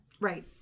Right